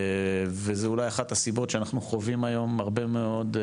וזה אולי אחת הסיבות שאנחנו חווים היום הרבה מאוד,